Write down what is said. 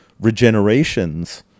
regenerations